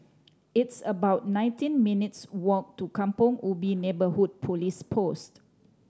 it's about nineteen minutes' walk to Kampong Ubi Neighbourhood Police Post